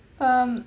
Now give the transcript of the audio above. um